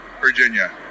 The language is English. Virginia